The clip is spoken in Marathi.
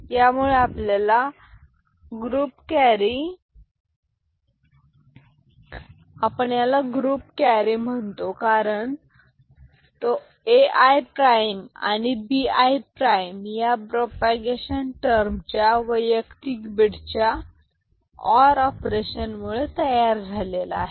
त्यामुळे आपल्याला ग्रुप कॅरी म्हणतो कारण तो A i आणि B i या प्रोपागेशन टर्म च्या वैयक्तिक बीट च्या और ऑपरेशनमुळे मुळे तयार झालेला आहे